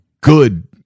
good